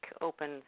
open